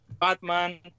Batman